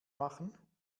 machen